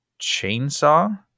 chainsaw